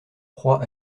proie